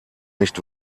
nicht